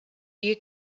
you